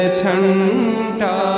chanta